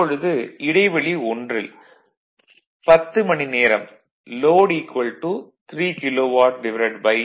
இப்பொழுது இடைவெளி 1 ல் 10 மணிநேரம் லோட் 3 கிலோ வாட்0